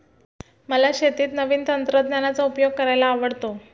मला शेतीत नवीन तंत्रज्ञानाचा उपयोग करायला आवडतो